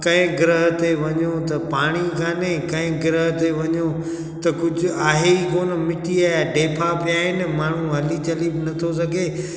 कंहिं ग्रह ते वञो त पाणी कोन्हे किहिं ग्रह ते वञो त कुझु आहे ई कोन्ह मिटीअ जा टेबा पिया आहिनि माण्हू हली चली बि नथो सघे